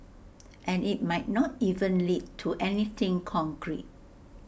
and IT might not even lead to anything concrete